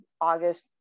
August